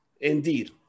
Indeed